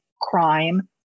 crime